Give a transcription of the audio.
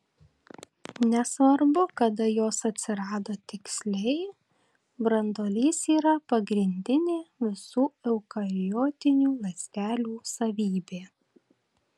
nesvarbu kada jos atsirado tiksliai branduolys yra pagrindinė visų eukariotinių ląstelių savybė